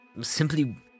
simply